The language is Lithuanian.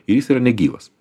ir jis yra negyvas